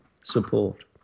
support